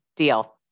Deal